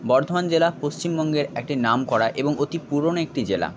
বর্ধমান জেলা পশ্চিমবঙ্গের একটি নামকরা এবং অতি পুরনো একটি জেলা